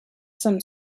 some